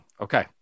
Okay